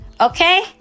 okay